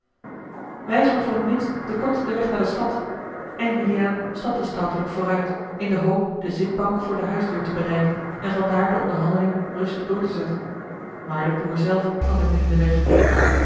wijs me voor t minst den kortsten weg naar de stad en juliaan stapte stoutelijk vooruit in de hoop de zitbank voor de huisdeur te bereiken en vandaar de onderhandeling rustig door te zetten maar de boer zelf trad hem nu in den weg